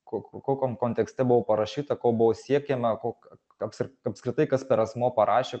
kok kokiam kontekste buvo parašyta ko buvo siekiama kok koks ir apskritai kas per asmuo parašė